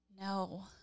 No